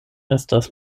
estas